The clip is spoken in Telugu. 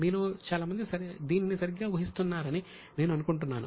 మీలో చాలామంది దీనిని సరిగ్గా ఊహిస్తున్నారని నేను అనుకుంటున్నాను